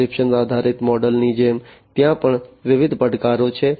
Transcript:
subscription આધારિત મોડલની જેમ ત્યાં પણ વિવિધ પડકારો છે